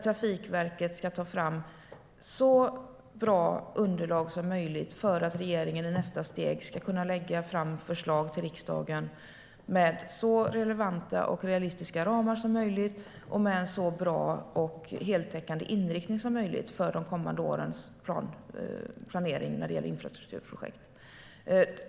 Trafikverket ska ta fram så bra underlag som möjligt för att regeringen i nästa steg ska kunna lägga fram förslag till riksdagen med så relevanta och realistiska ramar som möjligt och med en så bra och heltäckande inriktning som möjligt för de kommande årens planering när det gäller infrastrukturprojekt.